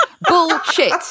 bullshit